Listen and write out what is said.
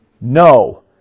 no